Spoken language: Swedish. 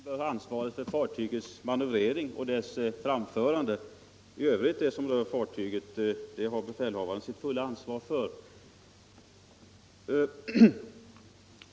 Herr talman! Jag menar att lotsen skall ha ett avgörande inflytande på fartygets manövrering och framförande i leder där obligatorisk skyldighet att anlita lots gäller. Det som gäller fartyget i övrigt har befälhavaren självfallet att svara för.